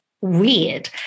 weird